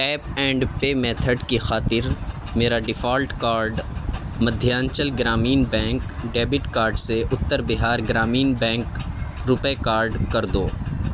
tape and pay method کی خاطر میرا default card Madhyanchal Gramin bank debit card سے Uttar Bihar Gramin bank RuPay card کر دو